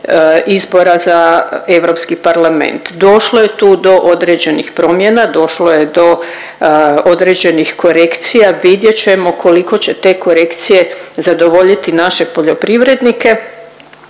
izbora za Europski parlament. Došlo je tu do određenih promjena, došlo je do određenih korekcija, vidjet ćemo koliko će te korekcije zadovoljiti naše poljoprivrednike